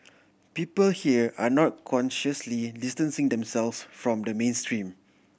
people here are not consciously distancing themselves from the mainstream